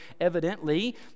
evidently